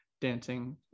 dancing